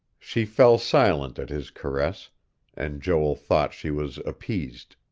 she fell silent at his caress and joel thought she was appeased.